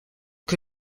que